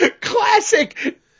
Classic